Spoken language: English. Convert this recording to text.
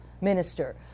Minister